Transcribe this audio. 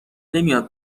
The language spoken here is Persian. نمیاد